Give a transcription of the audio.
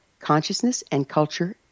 consciousnessandculture